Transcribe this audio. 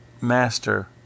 master